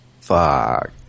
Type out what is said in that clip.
Fuck